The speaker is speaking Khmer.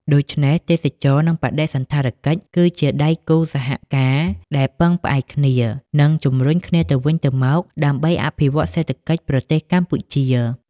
ដូច្នេះ ទេសចរណ៍ និងបដិសណ្ឋារកិច្ចគឺជាដៃគូសហការដែលពឹងផ្អែកគ្នា និងជម្រុញគ្នាទៅវិញទៅមក ដើម្បីអភិវឌ្ឍសេដ្ឋកិច្ចប្រទេសកម្ពុជា។